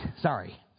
sorry